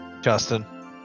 Justin